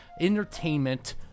entertainment